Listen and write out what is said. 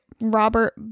Robert